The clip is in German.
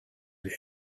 der